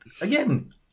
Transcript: again